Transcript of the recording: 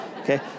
Okay